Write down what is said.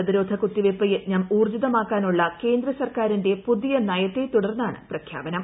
പ്രതിരോധ കുത്തിവയ്പ്പ് യജ്ഞം ഊർജിതമാക്കാനുളള കേന്ദ്ര സർക്കാരിന്റെ പുതിയ നയത്തെ തുടർന്നാണ് പ്രഖ്യാപനം